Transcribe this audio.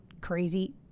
crazy